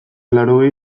laurogei